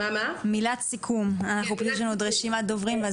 פשוט יש לנו עוד רשימת דוברים.